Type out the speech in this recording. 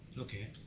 Okay